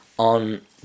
on